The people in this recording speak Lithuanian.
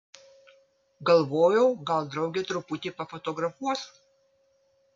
galvojau gal draugė truputį pafotografuos